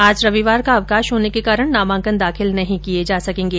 आज रविवार का अवकाश होने के कारण नामांकन दाखिल नहीं किये जा सकेंगे